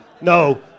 No